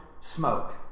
smoke